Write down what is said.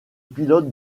pilote